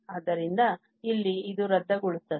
ಆದ್ದರಿಂದ ಇಲ್ಲಿ ಇದು ರದ್ದುಗೊಳ್ಳುತ್ತದೆ